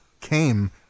came